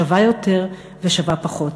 שוָוה יותר ושוָוה פחות,